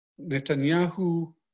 Netanyahu